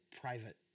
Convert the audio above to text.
private